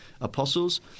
apostles